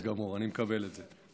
בסדר גמור, אני מקבל את זה באהבה.